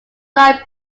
like